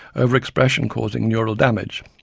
overexpression causing neural damage.